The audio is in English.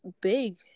big